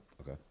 Okay